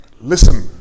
Listen